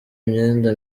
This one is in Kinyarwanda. imyenda